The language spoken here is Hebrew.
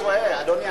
אתה טועה, אדוני.